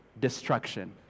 destruction